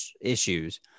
issues